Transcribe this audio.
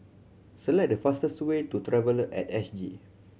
select the fastest way to Traveller At S G